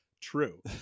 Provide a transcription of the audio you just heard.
true